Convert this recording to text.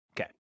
Okay